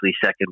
second